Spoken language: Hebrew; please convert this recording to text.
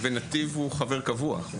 ונתיב הוא חבר קבוע.